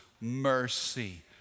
mercy